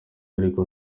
ariko